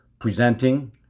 Presenting